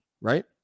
right